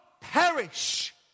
perish